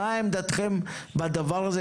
מה עמדתכם בדבר הזה?